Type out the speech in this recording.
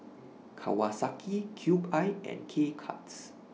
Kawasaki Cube I and K Cuts